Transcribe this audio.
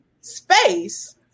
space